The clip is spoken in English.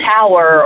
Tower